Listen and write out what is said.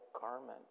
garment